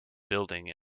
building